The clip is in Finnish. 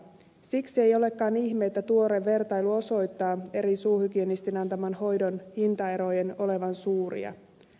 siksi ei olekaan ihme että tuore vertailu osoittaa eri suuhygienistien antaman hoidon hintaerojen olevan suuria